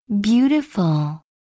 Beautiful